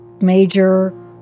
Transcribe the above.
major